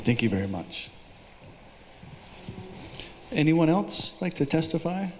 thank you very much anyone else like to testify